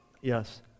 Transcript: Yes